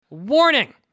Warning